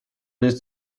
this